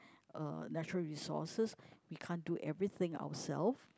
uh natural resources we can't do everything ourselves